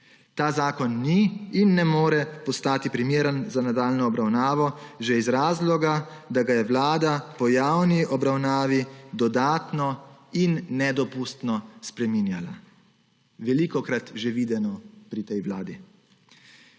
Ta zakon ni in ne more postati primeren za nadaljnjo obravnavo že iz razloga, da ga je Vlada po javni obravnavi dodatno in nedopustno spreminjala. Velikokrat že videno pri tej vladi.